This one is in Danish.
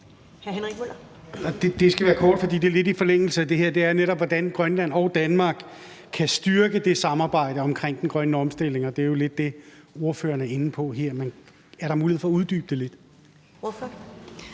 Det skal være kort, for det er lidt i forlængelse af det. Det er netop, hvordan Grønland og Danmark kan styrke det samarbejde omkring den grønne omstilling. Og det er jo lidt det, ordføreren er inde på her. Men er der mulighed for at uddybe det lidt? Kl.